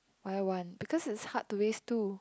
why one because it's hard to raise two